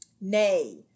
Nay